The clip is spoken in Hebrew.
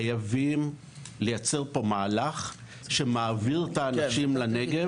חייבים לייצר פה מהלך שמעביר את האנשים לנגב.